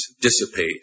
dissipate